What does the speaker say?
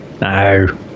no